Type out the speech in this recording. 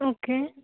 okay